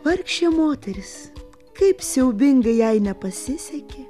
vargšė moteris kaip siaubingai jai nepasisekė